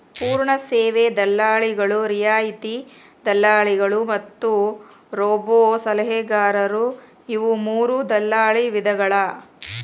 ಪೂರ್ಣ ಸೇವಾ ದಲ್ಲಾಳಿಗಳು, ರಿಯಾಯಿತಿ ದಲ್ಲಾಳಿಗಳು ಮತ್ತ ರೋಬೋಸಲಹೆಗಾರರು ಇವು ಮೂರೂ ದಲ್ಲಾಳಿ ವಿಧಗಳ